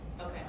Okay